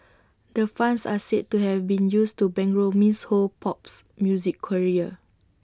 the funds are said to have been used to bankroll miss Ho's pops music career